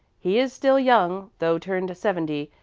he is still young, though turned seventy,